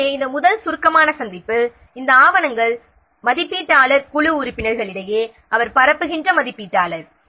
எனவே இந்த முதல் சுருக்கமான சந்திப்பில் இந்த ஆவணங்கள் மதிப்பீட்டாளர் குழு உறுப்பினர்களிடையே அவர் பரப்புகின்ற மதிப்பீட்டாளர்